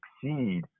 succeed